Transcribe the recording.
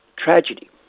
tragedy